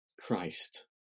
christ